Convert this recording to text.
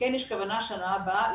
כן יש כוונה בשנה הבאה,